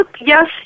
yes